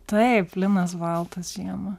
taip linas baltas žiemą